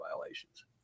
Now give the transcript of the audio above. violations